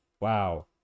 wow